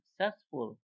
successful